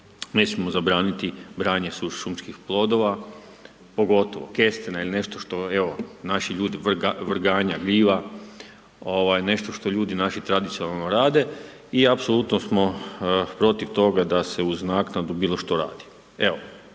smijemo zabraniti branje šumskih plodova, pogotovo kestena ili nešto što, evo, naši ljudi, vrganja, gljiva, nešto što ljudi naši tradicionalno rade i apsolutno smo protiv toga da se uz naknadu bilo što radi.